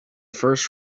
first